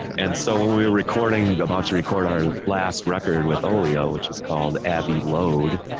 and so when we were recording about to record our last record with oglio, which is called abbey load,